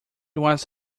was